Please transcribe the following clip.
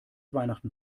weihnachten